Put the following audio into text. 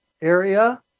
area